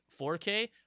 4K